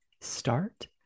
start